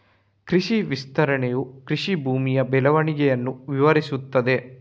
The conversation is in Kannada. ಕೃಷಿ ವಿಸ್ತರಣೆಯು ಕೃಷಿ ಭೂಮಿಯ ಬೆಳವಣಿಗೆಯನ್ನು ವಿವರಿಸುತ್ತದೆ